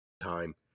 time